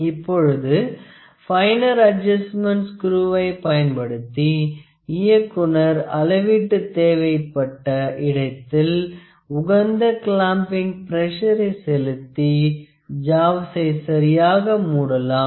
இப்பொழுது பைன்னர் அட்ஜஸ்ட்மென்ட் ஸ்க்ரீவை பயன்படுத்தி இயக்குனர் அளவீட்டு தேவைப்பட்ட இடத்தில் உகந்த கிளாம்பிங் பிரஷரை செலுத்தி ஜாவ்சை சரியாக மூடலாம்